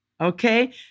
okay